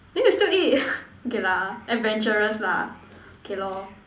then you still eat okay lah adventurous lah okay lor